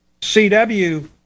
CW